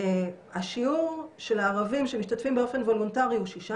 השיעור של הערבים שמשתתפים באופן וולונטרי הוא 6%,